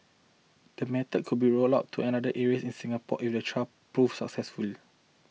the method could be rolled out to another area in Singapore if the trial proves successful